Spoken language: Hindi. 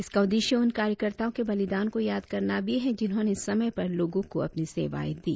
इसका उद्देश्य उन कार्यकर्ताओं के बलिदान को याद करना भी है जिन्होंने समय पर लोगो को अपनी सेवायें दी